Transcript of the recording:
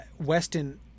Weston